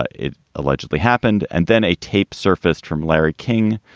ah it allegedly happened and then a tape surfaced from larry king,